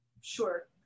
Sure